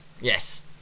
Yes